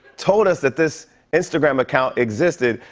told us that this instagram account existed.